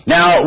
Now